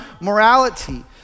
morality